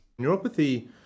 Neuropathy